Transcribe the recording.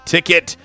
Ticket